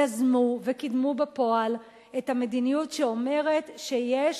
יזמו וקידמו בפועל את המדיניות שאומרת שיש